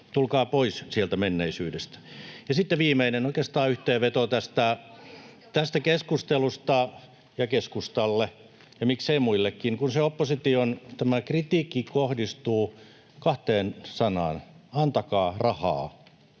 nyt pari askelta taaksepäin!] Sitten viimeinen, oikeastaan yhteenveto tästä keskustelusta, keskustalle ja miksei muillekin: Kun tämä opposition kritiikki tiivistyy kahteen sanaan, ”antakaa rahaa”,